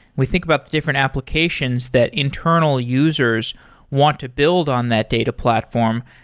we think about the different applications that internal users want to build on that data platform.